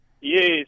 Yes